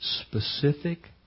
specific